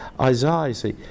Isaiah